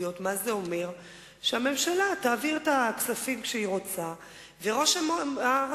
עד שהגעת לכאן ישב כאן בראש הישיבה חבר הכנסת טיבי,